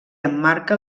emmarca